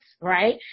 right